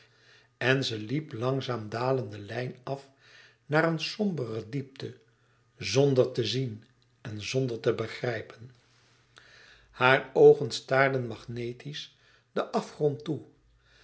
en ze liep langzaam dalende lijn af naar een sombere diepte zonder te zien en zonder te begrijpen hare oogen staarden magnetisch den afgrond toe